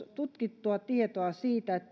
tutkittua tietoa siitä että